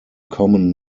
common